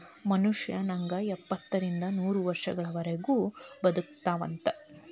ಮನುಷ್ಯ ನಂಗ ಎಪ್ಪತ್ತರಿಂದ ನೂರ ವರ್ಷಗಳವರಗು ಬದಕತಾವಂತ